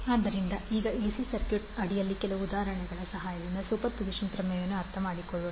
ಆದ್ದರಿಂದ ಈಗ AC circuit ಅಡಿಯಲ್ಲಿ ಕೆಲವು ಉದಾಹರಣೆಗಳ ಸಹಾಯದಿಂದ ಸೂಪರ್ಪೋಸಿಷನ್ ಪ್ರಮೇಯವನ್ನು ಅರ್ಥಮಾಡಿಕೊಳ್ಳೋಣ